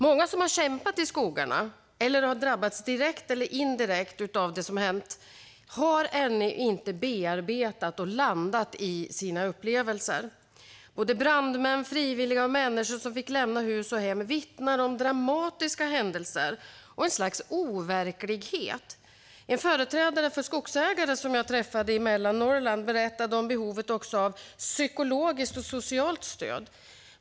Många som har kämpat i skogarna eller drabbats, direkt eller indirekt, av det som hänt har ännu inte bearbetat och landat i sina upplevelser. Brandmän, frivilliga och människor som fick lämna hus och hem vittnar om dramatiska händelser och ett slags overklighet. En företrädare för skogsägarna som jag träffade i Mellannorrland berättade också om behovet av psykologiskt och socialt stöd.